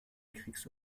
kriegs